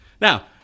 Now